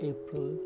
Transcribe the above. April